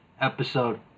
Episode